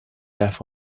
death